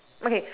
okay